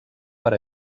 per